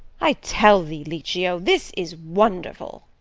i tell thee, licio, this is wonderful.